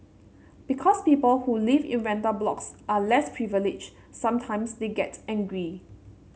because people who live in rental blocks are less privileged sometimes they get angry